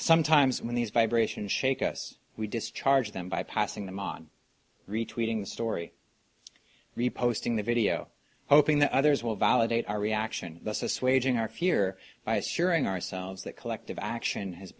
sometimes when these vibration shake us we discharge them by passing them on retreating the story re posting the video hoping that others will validate our reaction thus assuaging our fear by assuring ourselves that collective action has